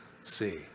see